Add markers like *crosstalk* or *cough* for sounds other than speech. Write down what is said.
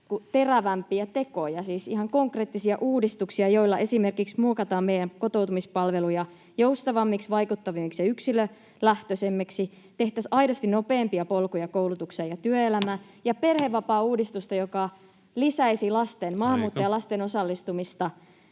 terävämpiä tekoja, siis ihan konkreettisia uudistuksia, joilla esimerkiksi muokataan meidän kotoutumispalveluja joustavammiksi, vaikuttavammiksi ja yksilölähtöisemmiksi, tehtäisiin aidosti nopeampia polkuja koulutukseen ja työelämään, *noise* ja perhevapaauudistusta, joka lisäisi maahanmuuttajalasten osallistumista